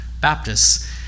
Baptists